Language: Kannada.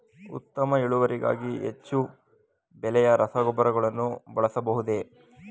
ಉತ್ತಮ ಇಳುವರಿಗಾಗಿ ಹೆಚ್ಚು ಬೆಲೆಯ ರಸಗೊಬ್ಬರಗಳನ್ನು ಬಳಸಬಹುದೇ?